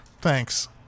Thanks